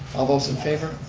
all those in favor?